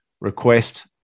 request